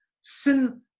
Sin